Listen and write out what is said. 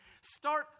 Start